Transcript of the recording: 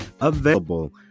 available